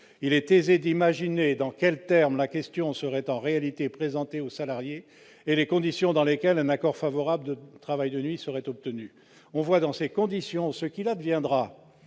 Il est aisé d'imaginer en quels termes la question serait en réalité présentée aux salariés et les conditions dans lesquelles un accord favorable au travail de nuit serait obtenu. On voit, dans ces conditions, ce qu'il adviendra